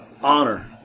honor